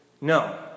no